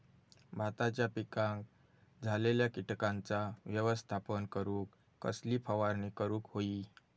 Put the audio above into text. भाताच्या पिकांक झालेल्या किटकांचा व्यवस्थापन करूक कसली फवारणी करूक होई?